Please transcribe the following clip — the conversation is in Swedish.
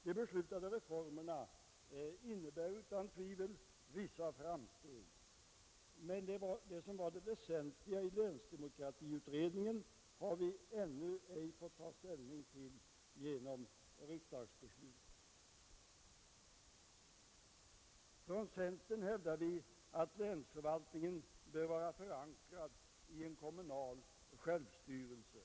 De beslutade reformerna innebär utan tvivel vissa framsteg. Men det som var det väsentliga i länsdemokratiutredningen har vi ännu ej fått ta ställning till genom riksdagsbeslut. Från centern hävdar vi att länsförvaltningen bör vara förankrad i en kommunal självstyrelse.